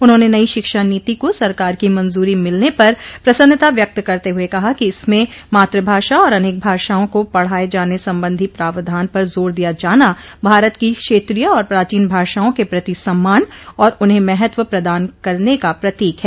उन्होंने नयी शिक्षा नीति का सरकार की मंजूरी मिलने पर प्रसन्नता व्यक्त करते हुए कहा कि इसमें मातृभाषा और अनेक भाषाओं को पढ़ाए जाने संबंधी प्रावधान पर जोर दिया जाना भारत की क्षेत्रीय आर प्राचीन भाषाओं के प्रति सम्मान और उन्हें महत्व प्रदान करने का प्रतीक है